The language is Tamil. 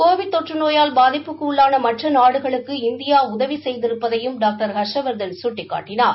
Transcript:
கோவிட் தொற்று நோயால் பாதிப்புக்கு உள்ளான மற்ற நாடுகளுக்கு இந்தியா உதவி செய்திருப்பதையும் டாக்டர் ஹர்ஷவர்தன் சுட்டிக்காட்டினார்